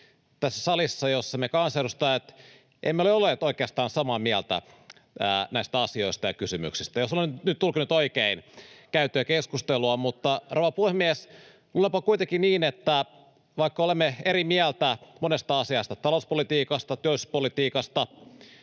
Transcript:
keskustelua, jossa me kansanedustajat emme ole olleet oikeastaan samaa mieltä näistä asioista ja kysymyksistä — jos olen nyt tulkinnut oikein käytyä keskustelua. Rouva puhemies, luulenpa kuitenkin niin, että vaikka olemme eri mieltä monesta asiasta — talouspolitiikasta, työllisyyspolitiikasta,